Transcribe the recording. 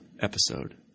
episode